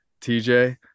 TJ